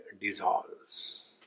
dissolves